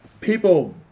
people